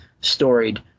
storied